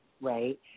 right